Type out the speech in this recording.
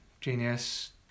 genius